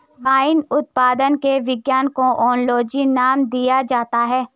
wine उत्पादन के विज्ञान को ओनोलॉजी नाम दिया जाता है